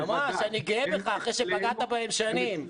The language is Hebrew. ממש, אני גאה בך, אחרי שפגעת בהם שנים.